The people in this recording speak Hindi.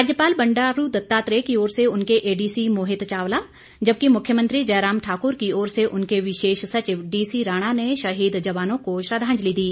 राज्यपाल बंडारू दत्तात्रेय की ओर से उनके एडीसी मोहित चावला जबकि मुख्यमंत्री जयराम ठाकुर की ओर से उनके विशेष सचिव डीसीराणा ने शहीद जवानों को श्रद्धांजलि दी